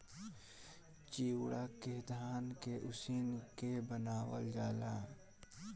चिवड़ा के धान के उसिन के बनावल जाला